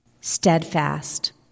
steadfast